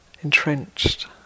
entrenched